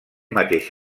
mateix